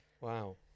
Wow